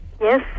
Yes